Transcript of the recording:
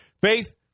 Faith